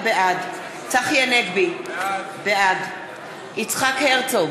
בעד צחי הנגבי, בעד יצחק הרצוג,